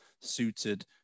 suited